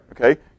okay